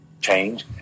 change